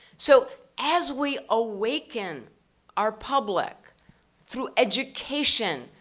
so as we awaken our public through education,